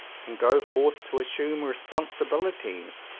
and go forth to assume responsibilities,